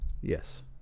Yes